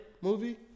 movie